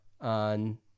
on